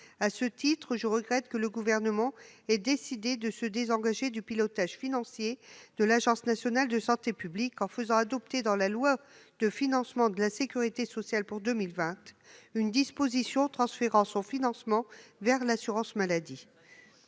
À ce titre, je regrette que le Gouvernement ait décidé de se désengager du pilotage financier de l'Agence nationale de santé publique en faisant adopter dans la loi de financement de la sécurité sociale pour 2020 une disposition transférant son financement vers l'assurance maladie.